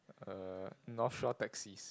uh North Shore taxis